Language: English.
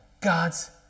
God's